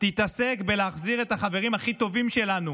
תתעסק בלהחזיר את החברים הכי טובים שלנו